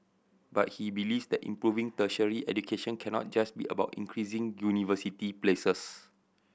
but he believes that improving tertiary education cannot just be about increasing university places